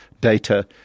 data